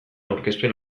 aurkezpen